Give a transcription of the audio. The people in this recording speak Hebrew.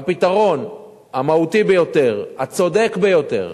והפתרון המהותי ביותר, הצודק ביותר,